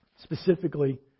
specifically